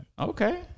Okay